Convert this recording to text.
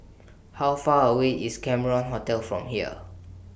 How Far away IS Cameron Hotel from here